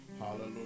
Hallelujah